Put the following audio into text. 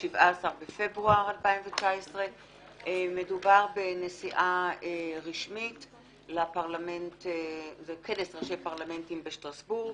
17 בפברואר 2019. מדובר בנסיעה רשמית לכנס ראשי פרלמנטים בשטרסבורג.